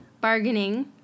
bargaining